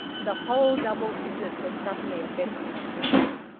the whole double visit was subtly offensive to him.